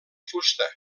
fusta